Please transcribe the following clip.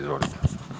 Izvolite.